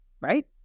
Right